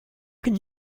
can